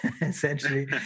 essentially